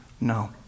no